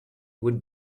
would